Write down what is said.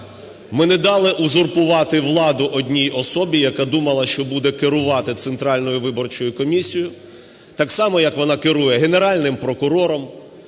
Ми не дали узурпувати владу одній особі, яка думала, що буде керувати Центральною виборчою комісією так само, як вона керує Генеральним прокурором,